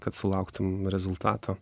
kad sulauktum rezultato